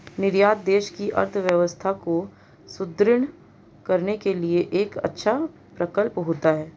निर्यात देश की अर्थव्यवस्था को सुदृढ़ करने के लिए एक अच्छा प्रकल्प होता है